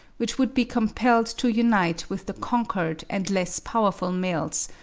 which would be compelled to unite with the conquered and less powerful males,